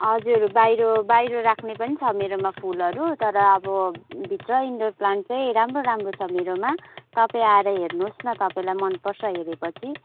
हजुर बाहिर बाहिर राख्ने पनि छ मेरोमा फुलहरू तर अब भित्र इन्डोर प्लान्ट चाहिँ राम्रो राम्रो छ मेरोमा तपाईँ आएर हेर्नुहोस् तपाईँलाई मन पर्छ हेरेपछि